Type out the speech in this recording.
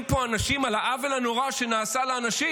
פה אנשים על העוול הנורא שנעשה לאנשים.